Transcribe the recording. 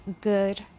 good